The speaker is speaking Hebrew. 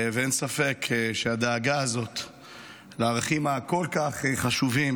ואין ספק שהדאגה הזאת לערכים הכל-כך חשובים